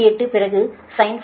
8 பிறகு sin 0